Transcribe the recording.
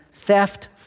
theft